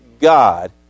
God